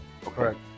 Correct